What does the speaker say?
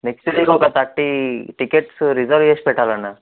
next week ఒక thirty tickets reserve చేసి పెట్టాలి అన్న